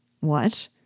What